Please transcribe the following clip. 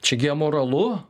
čiagi amoralu